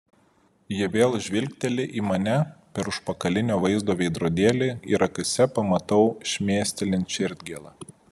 ji vėl žvilgteli į mane per užpakalinio vaizdo veidrodėlį ir akyse pamatau šmėstelint širdgėlą